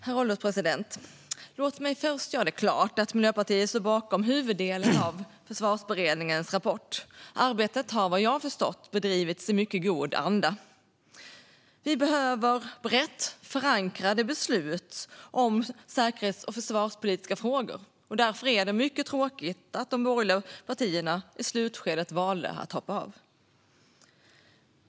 Herr ålderspresident! Låt mig först göra klart att Miljöpartiet står bakom huvuddelen av Försvarsberedningens rapport. Arbetet har, vad jag har förstått, bedrivits i mycket god anda. Vi behöver brett förankrade beslut om säkerhets och försvarspolitiska frågor. Därför är det mycket tråkigt att de borgerliga partierna i slutskedet valde att hoppa av.